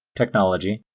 technology,